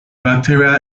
bacterial